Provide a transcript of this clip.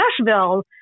Nashville